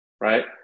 Right